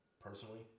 personally